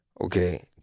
Okay